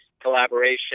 collaboration